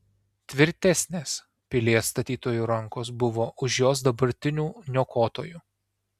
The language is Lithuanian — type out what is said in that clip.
tvirtesnės pilies statytojų rankos buvo už jos dabartinių niokotojų